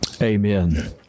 Amen